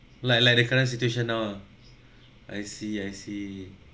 like like the current situation now ah I see I see